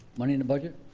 money in the budget?